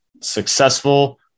successful